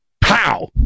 pow